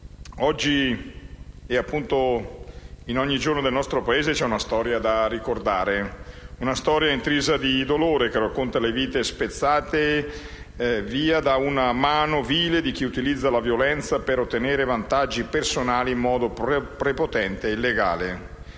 Oggi e ogni giorno, nel nostro Paese, c'è una storia da ricordare: una storia intrisa di dolore, che racconta di vite spazzate via dalla mano vile di chi utilizza la violenza per ottenere vantaggi personali in modo prepotente e illegale.